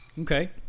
Okay